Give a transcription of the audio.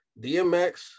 DMX